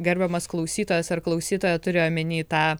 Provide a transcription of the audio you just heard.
gerbiamas klausytojas ar klausytoja turi omeny tą